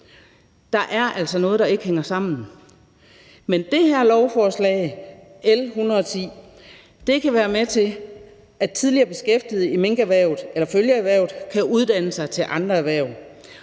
Der er altså noget, der ikke hænger sammen. Men det her lovforslag, L 110, kan være med til, at tidligere beskæftigede i minkerhvervet eller følgeerhverv kan uddanne sig til andre erhverv,